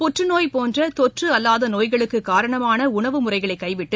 புற்றுநோய் போன்ற தொற்று அல்லாத நோய்களுக்கு காரணமான உணவு முறைகளை கைவிட்டு